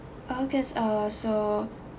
okay uh so